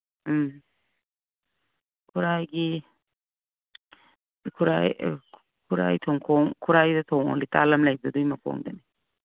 ꯎꯝ ꯈꯨꯔꯥꯏꯒꯤ ꯈꯨꯔꯥꯏ ꯈꯨꯔꯥꯏ ꯊꯣꯡꯈꯣꯡ ꯈꯨꯔꯥꯏꯗ ꯊꯣꯡ ꯂꯤꯇꯥꯟ ꯑꯃ ꯂꯩꯕꯗꯨ ꯑꯗꯨꯏ ꯃꯈꯣꯡꯗꯅꯤ